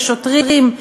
יש שוטרים,